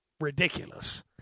ridiculous